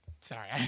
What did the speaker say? Sorry